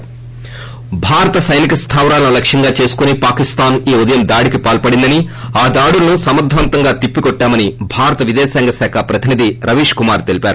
ి భారత సైనిక స్థావరాలను లక్ష్యంగా చేసుకుని పాకిస్థాన్ ఈ ఉదయం దాడికి పాల్సడిందని ఆ ొదాడులను సమర్గంగా తిప్పికోట్లామని భారత విదేశాంగశాఖ ప్రతినిధి రవీష్ కుమార్ తెలిపారు